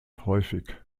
häufig